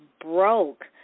broke